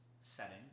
setting